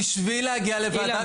בשביל להגיע לוועדת